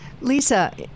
Lisa